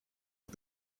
and